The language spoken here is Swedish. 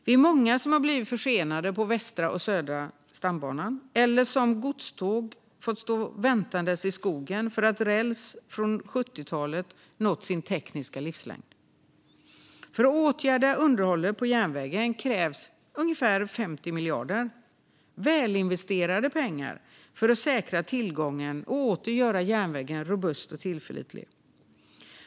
Vi är många som har blivit försenade på Västra och Södra stambanan, och godståg har fått stå och vänta i skogen, för att räls från 70-talet nått sin tekniska livslängd. För att åtgärda underhållet på järnvägen krävs ungefär 50 miljarder kronor - välinvesterade pengar för att säkra tillgängligheten och åter göra järnvägen robust och tillförlitlig.